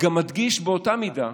גם מדגיש באותה מידה